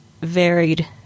varied